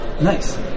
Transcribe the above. Nice